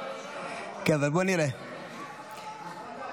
אפשר בהרמת יד.